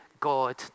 God